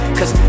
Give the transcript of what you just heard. Cause